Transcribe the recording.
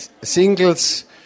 singles